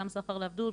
גם סחר לעבדות,